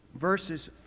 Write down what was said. Verses